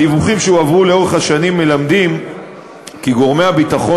הדיווחים שהועברו לאורך השנים מלמדים כי גורמי הביטחון